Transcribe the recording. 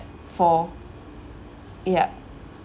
for ya